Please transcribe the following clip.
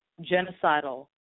genocidal